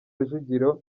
rujugiro